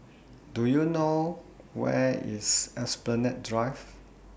Do YOU know Where IS Esplanade Drive